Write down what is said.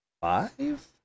five